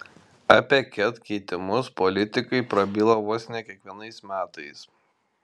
apie ket keitimus politikai prabyla vos ne kiekvienais metais